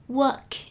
work